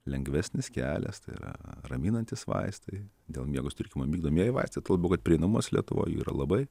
lengvesnis kelias tai yra raminantys vaistai dėl miego sutrikimo migdomieji vaistai tuo labiau kad prieinamumas lietuvoj jų yra labai